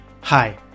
Hi